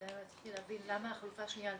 רציתי להבין למה החלופה השנייה לא.